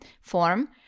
form